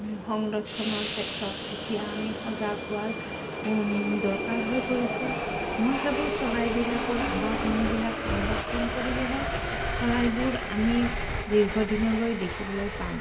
সংৰক্ষণৰ ক্ষেত্ৰত এতিয়া আমি সজাগ হোৱাৰ দৰকাৰ হৈ পৰিছে মই ভাবোঁ চৰাইবিলাকৰ আৱাসভূমিবিলাক সংৰক্ষণ কৰিলেহে চৰাইবোৰ আমি দীৰ্ঘ দিনলৈ দেখিবলৈ পাম